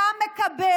אתה מקבע